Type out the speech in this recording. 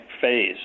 phase